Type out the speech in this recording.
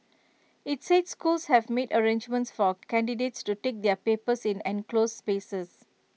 IT said schools have made arrangements for candidates to take their papers in enclosed spaces